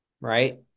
right